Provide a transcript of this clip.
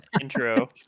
intro